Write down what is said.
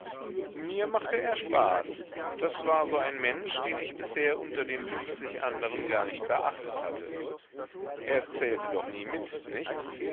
mir machte er spaß das war so ein mensch den ich bisher unter den fünfzig anderen gar nicht beachtet hatte er zählte doch nie mit nicht